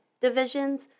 divisions